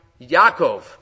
Yaakov